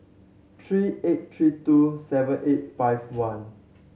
three eight three two seven eight five one